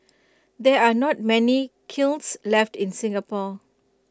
there are not many kilns left in Singapore